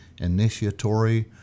initiatory